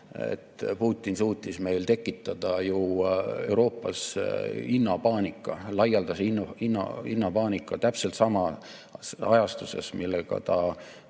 Putin suutis meil tekitada ju Euroopas hinnapaanika, laialdase hinnapaanika täpselt sama ajastusega, millega ta